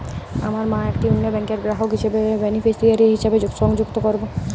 আমার মা একটি অন্য ব্যাংকের গ্রাহক হিসেবে কীভাবে বেনিফিসিয়ারি হিসেবে সংযুক্ত করব?